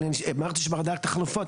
אמרת שבדקת חלופות.